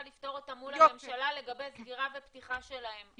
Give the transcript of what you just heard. לפתור אותן מול הממשלה לגבי סגירה ופתיחה שלהם.